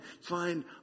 find